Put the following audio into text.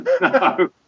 no